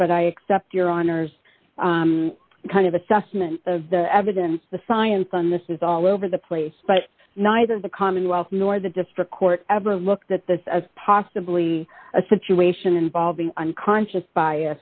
but i accept your honour's kind of assessment of the evidence the science on this is all over the place but neither the commonwealth nor the district court ever looked at this as possibly a situation involving unconscious bias